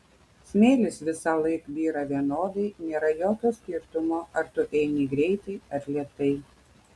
smėlis visąlaik byra vienodai nėra jokio skirtumo ar tu eini greitai ar lėtai